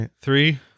three